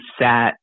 sat